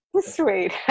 Sweet